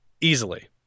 Easily